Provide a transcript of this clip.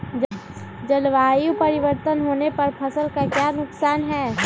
जलवायु परिवर्तन होने पर फसल का क्या नुकसान है?